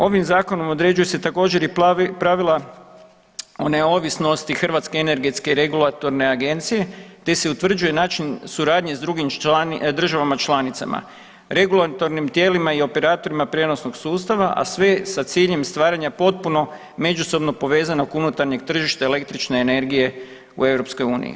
Ovim Zakonom određuje se, također, i pravila o neovisnosti Hrvatske energetske i regulatorne agencije te se utvrđuje način suradnje s drugim državama članicama, regulatornim tijelima i operatorima prijenosnog sustava, a sve sa ciljem stvaranja potpuno međusobno povezanog unutarnjeg tržišta električne energije u EU.